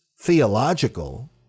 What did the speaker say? theological